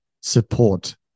support